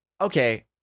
Okay